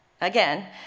Again